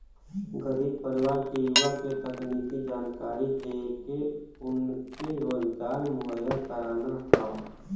गरीब परिवार के युवा के तकनीकी जानकरी देके उनके रोजगार मुहैया कराना हौ